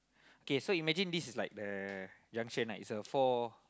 k so imagine this is like the junction ah is a four